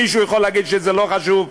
מישהו יכול להגיד שזה לא חשוב?